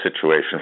situation